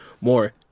more